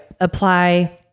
apply